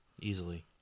Easily